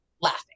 laughing